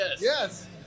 yes